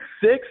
six